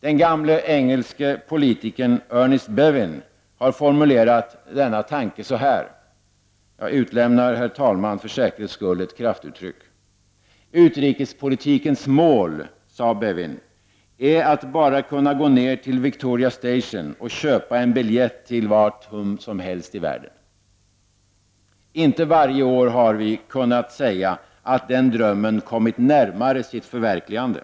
Den gamle engelske politikern Ernest Bevin har formulerat denna tanke på följande sätt, och jag utelämnar för säkerhets skull ett kraftuttryck. Utrikespolitikens mål, sade Bevin, är att bara kunna gå ner till Victoria Station och köpa en biljett till vart hm som helst i världen. Inte varje år har vi kunnat säga att den drömmen kommit närmare sitt förverkligande.